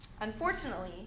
Unfortunately